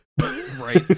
Right